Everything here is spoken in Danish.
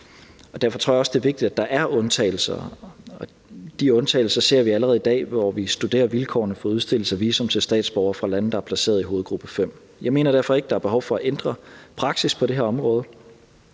Derfor tror jeg også, det er vigtigt, at der er undtagelser, og de undtagelser ser vi allerede i dag, hvor vi studerer vilkårene for udstedelse af visum til statsborgere fra lande, der er placeret i hovedgruppe 5. Jeg mener derfor ikke, at der er behov for at ændre praksis på det her område.